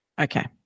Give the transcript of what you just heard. Okay